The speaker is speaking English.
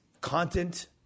content